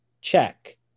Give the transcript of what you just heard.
check